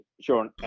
sure